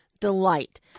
delight